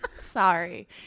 Sorry